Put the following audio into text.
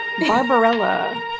Barbarella